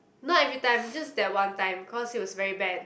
not every time just that one time cause he was very bad